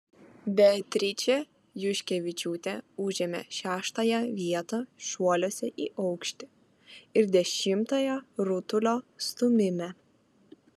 beatričė juškevičiūtė užėmė šeštąją vietą šuoliuose į aukštį ir dešimtąją rutulio stūmime